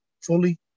fully